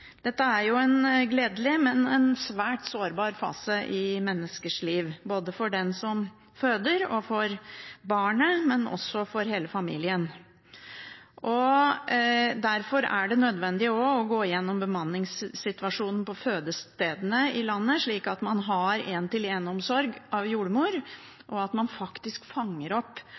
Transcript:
Dette er en gledelig, men svært sårbar fase i menneskers liv, for den som føder og for barnet, og også for hele familien. Derfor er det nødvendig å gå gjennom bemanningssituasjonen på fødestedene i landet, at man har en-til-en-omsorg av jordmor, og at man fanger opp